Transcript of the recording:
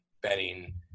betting –